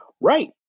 Right